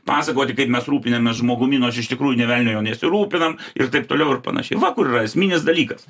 pasakoti kaip mes rūpinamės žmogumi nors iš tikrųjų nė velnio juo nesirūpinam ir taip toliau ir panašiai va kur yra esminis dalykas